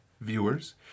viewers